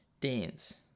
Dance